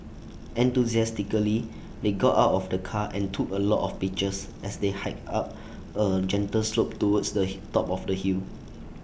enthusiastically they got out of the car and took A lot of pictures as they hiked up A gentle slope towards the top of the hill